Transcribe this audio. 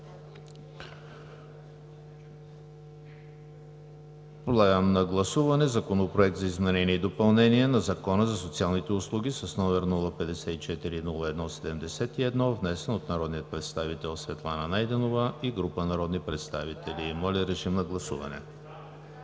Подлагам на гласуване Законопроект за изменение и допълнение на Закона за социалните услуги, № 054-01-71, внесен от народния представител Светлана Найденова и група народни представители. Гласували